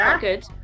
good